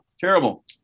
terrible